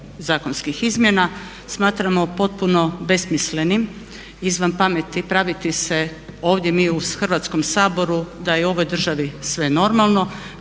zakonskih izmjena. Smatramo potpuno besmislenim, izvan pameti praviti se ovdje mi u Hrvatskom saboru da je u ovoj državi sve normalno,